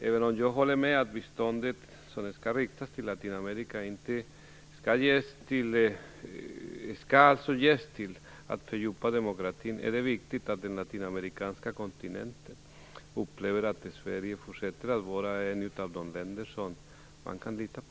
Även om jag håller med om att det bistånd som riktas till Latinamerika skall syfta till att fördjupa demokratin, är det viktigt att den latinamerikanska kontinenten upplever att Sverige fortsätter att vara ett av de länder som man kan lita på.